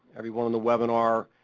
everyone on the webinar,